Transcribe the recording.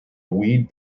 weed